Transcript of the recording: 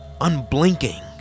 unblinking